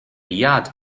yad